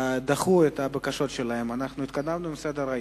דחו את הבקשות שלהם, אנחנו התקדמנו בסדר-היום.